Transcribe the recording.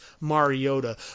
Mariota